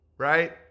right